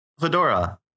Fedora